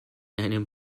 einem